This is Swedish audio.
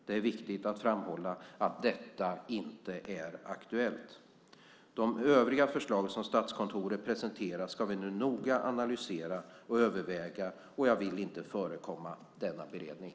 Det är viktigt att framhålla att detta inte är aktuellt. De övriga förslag som Statskontoret presenterar ska vi nu noga analysera och överväga och jag vill inte förekomma denna beredning.